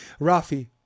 Rafi